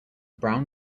brown